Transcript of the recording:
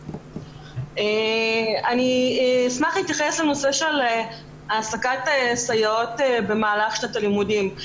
אני אשמח להתייחס לנושא של העסקת סייעות במהלך שנת הלימודים.